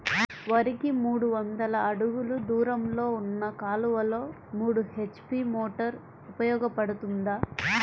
వరికి మూడు వందల అడుగులు దూరంలో ఉన్న కాలువలో మూడు హెచ్.పీ మోటార్ ఉపయోగపడుతుందా?